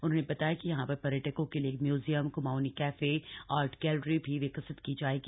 उन्होंने बताया कि यहां पर पर्यटकों के लिए एक museum Kumaoni cafe art gallery भी विकसित की जायेगी